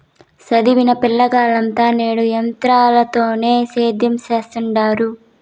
సదివిన పిలగాల్లంతా నేడు ఎంత్రాలతోనే సేద్యం సెత్తండారు